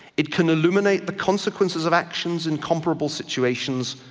it can illuminate the consequences of actions in comparable situations,